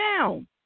down